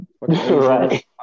Right